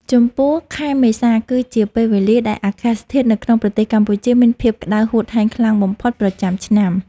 ចំពោះ ខែមេសាគឺជាពេលវេលាដែលអាកាសធាតុនៅក្នុងប្រទេសកម្ពុជាមានភាពក្តៅហួតហែងខ្លាំងបំផុតប្រចាំឆ្នាំ។